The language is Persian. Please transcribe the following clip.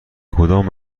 کدام